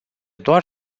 doar